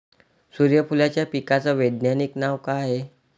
सुर्यफूलाच्या पिकाचं वैज्ञानिक नाव काय हाये?